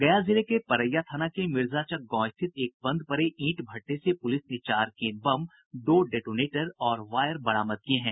गया जिले के परैया थाना के मिर्जाचक गांव स्थित एक बंद पड़े ईंट भट्ठे से पुलिस ने चार केन बम दो डेटोनेटर और वायर बरामद किये हैं